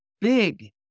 Big